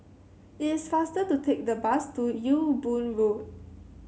it is faster to take the bus to Ewe Boon Road